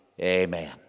Amen